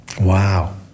Wow